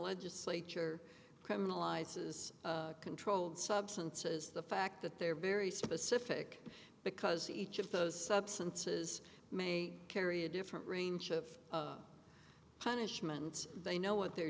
legislature criminalizes controlled substances the fact that they're very specific because each of those substances may carry a different range of punishment they know what they're